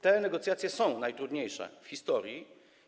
Te negocjacje są najtrudniejsze w historii.